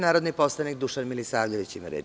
Narodni poslanik Dušan Milisavljević ima reč.